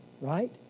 right